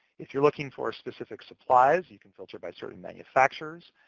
if you're looking for specific supplies, you can filter by certain manufacturers,